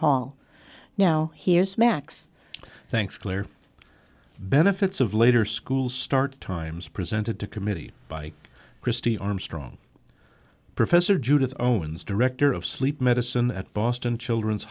hall now here's max thanks claire benefits of later school start times presented to committee by christy armstrong professor judith owens director of sleep medicine at boston children's